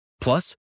Plus